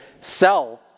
sell